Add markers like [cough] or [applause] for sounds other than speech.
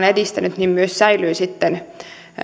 [unintelligible] edistänyt myös säilyvät sitten